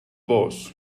boss